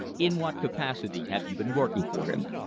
in what capacity have you been working for him?